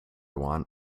want